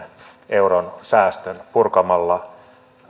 euron säästön purkamalla